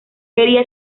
quería